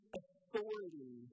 authority